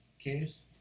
case